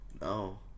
No